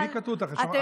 מי קטע אותך, דיברת ברצף.